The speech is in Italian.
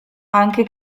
anche